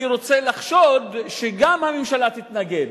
אני רוצה לחשוד שגם אז הממשלה תתנגד.